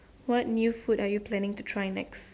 what new food are you planning to try next